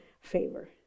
favor